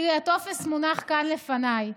תראי, הטופס מונח כאן לפניי.